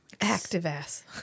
Active-ass